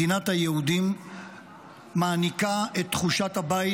שמדינת היהודים מעניקה את תחושת הבית